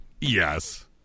yes